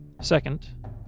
Second